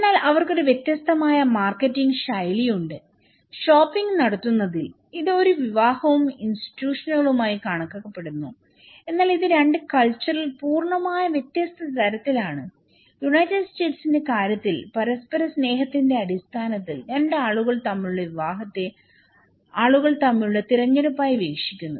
എന്നാൽ അവർക്കൊരു വ്യത്യസ്തമായ മാർക്കറ്റിംഗ് ശൈലിയുണ്ട് ഷോപ്പിംഗ് നടത്തുന്നതിൽഇത് ഒരു വിവാഹവും ഇൻസ്റ്റിറ്റ്യൂഷനുകളുമായി കണക്കാക്കപ്പെടുന്നു എന്നാൽ ഇത് 2 കൾച്ചറിൽ പൂർണമായും വ്യത്യസ്ത തരത്തിൽ ആണ് യുണൈറ്റഡ് സ്റ്റേറ്റ്സിന്റെ കാര്യത്തിൽ പരസ്പര സ്നേഹത്തിന്റെ അടിസ്ഥാനത്തിൽ രണ്ട് ആളുകൾ തമ്മിലുള്ള വിവാഹത്തെ ആളുകൾ തമ്മിലുള്ള തിരഞ്ഞെടുപ്പായി വീക്ഷിക്കുന്നു